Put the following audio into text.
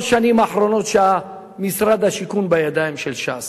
השנים האחרונות שמשרד השיכון בידיים של ש"ס.